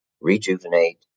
rejuvenate